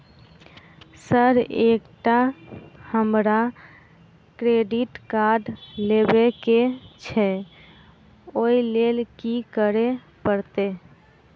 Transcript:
Sir एकटा हमरा credit card लेबकै छैय ओई लैल की करऽ परतै?